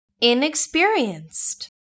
Inexperienced